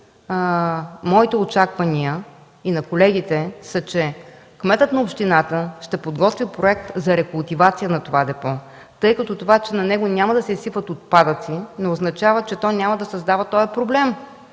моите очаквания и на колегите са, че кметът на общината ще подготви проект за рекултивация на това депо. Това, че на него няма да се изсипват отпадъци, не означава, че няма да създава този проблем,